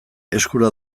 eskura